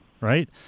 right